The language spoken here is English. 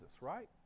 right